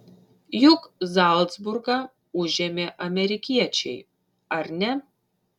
juk zalcburgą užėmė amerikiečiai ar ne